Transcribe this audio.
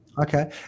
Okay